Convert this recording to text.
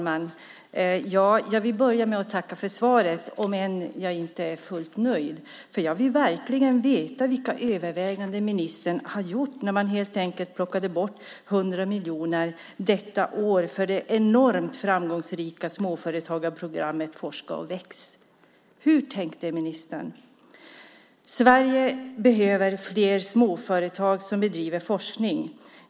Fru talman! Jag vill börja med att tacka för svaret, om än jag inte är fullt nöjd, för jag vill verkligen veta vilka överväganden ministern gjorde när ni helt enkelt plockade bort 100 miljoner detta år för det enormt framgångsrika småföretagarprogrammet Forska och väx. Hur tänkte ministern? Sverige behöver fler småföretag som bedriver forskning.